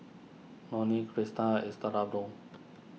Loney Crista